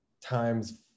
times